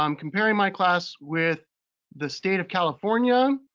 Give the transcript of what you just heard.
um comparing my class with the state of california,